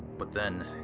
but then,